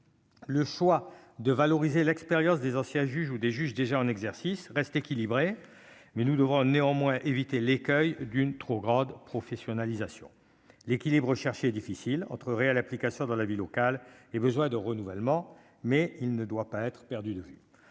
Le choix de valoriser l'expérience des anciens juges ou des juges déjà en exercice reste équilibré mais nous devons néanmoins évité l'écueil d'une trop grande professionnalisation l'équilibre recherché difficile entre Real Application dans la vie locale et besoin de renouvellement, mais il ne doit pas être perdu de